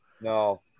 No